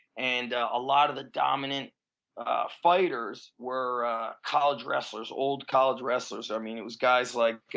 and a lot of the dominant fighters were college wrestlers, old college wrestlers. i mean it was guys like,